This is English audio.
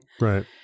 right